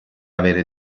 avere